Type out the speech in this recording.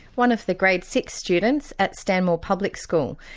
one of the grade six students at stanmore public school.